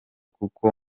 kuko